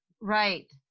Right